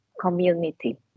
community